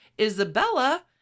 Isabella